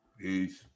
Peace